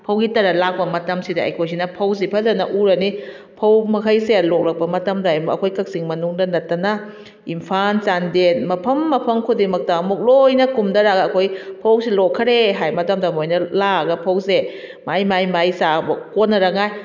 ꯐꯧꯒꯤ turn ꯂꯥꯛꯄ ꯃꯇꯝꯁꯤꯗ ꯑꯩꯈꯣꯏꯁꯤꯅ ꯐꯧꯁꯤ ꯐꯖꯅ ꯎꯔꯅꯤ ꯐꯧ ꯃꯈꯩꯁꯦ ꯂꯣꯛꯂꯛꯄ ꯃꯇꯝꯗ ꯑꯩꯈꯣꯏ ꯀꯥꯛꯆꯤꯡ ꯃꯅꯨꯡꯗ ꯅꯠꯇꯕ ꯏꯝꯐꯥꯜ ꯆꯥꯟꯗꯦꯜ ꯃꯐꯝ ꯃꯐꯝ ꯈꯨꯗꯤꯡꯃꯛꯇ ꯑꯃꯨꯛ ꯂꯣꯏꯅ ꯀꯨꯝꯊꯔꯒ ꯑꯩꯈꯣꯏ ꯐꯧꯁꯤ ꯂꯣꯛꯈꯔꯦ ꯍꯥꯏꯕ ꯃꯇꯝꯗ ꯃꯣꯏꯅ ꯂꯥꯛꯑꯒ ꯐꯧꯁꯦ ꯃꯥꯏ ꯃꯥꯏ ꯃꯥꯏ ꯆꯥꯕ ꯀꯣꯟꯅꯉꯥꯏ